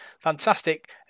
Fantastic